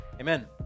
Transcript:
Amen